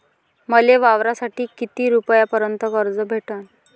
मले वावरासाठी किती रुपयापर्यंत कर्ज भेटन?